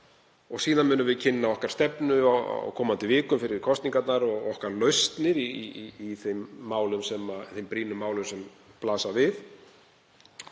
Síðan munum við kynna stefnu okkar á komandi vikum fyrir kosningarnar og okkar lausnir í brýnum málum sem blasa við.